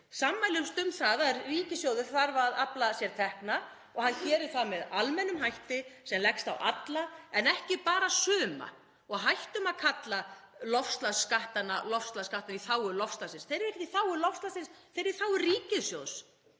Sammælumst um að ríkissjóður þarf að afla sér tekna og hann geri það með almennum hætti sem leggst á alla en ekki bara suma og hættum að kalla loftslagsskattana skatta í þágu loftslagsins. Þeir eru ekkert í þágu loftslagsins, þeir eru í þágu ríkissjóðs.